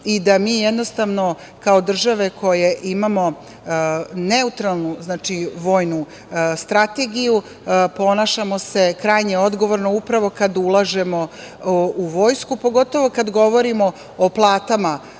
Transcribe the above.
i da mi jednostavno kao države koje imamo neutralnu vojnu strategiju ponašamo se krajnje odgovorno upravo kad ulažemo u vojsku, pogotovo kad govorimo o platama